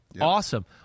Awesome